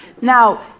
Now